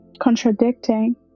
contradicting